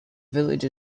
village